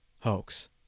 hoax